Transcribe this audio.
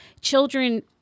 Children